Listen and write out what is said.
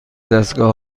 دستگاه